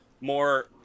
more